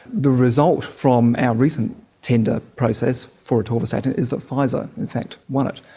the result from our recent tender process for atorvastatin is that pfizer in fact won it,